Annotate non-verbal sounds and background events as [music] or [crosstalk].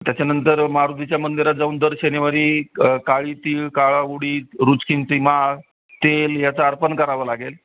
त्याच्यानंतर मारुतीच्या मंदिरात जाऊन दर शनिवारी क काळी तीळ काळा उडीद [unintelligible] माळ तेल याचा अर्पण करावं लागेल